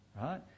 right